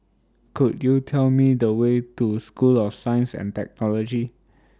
Could YOU Tell Me The Way to School of Science and Technology